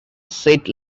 set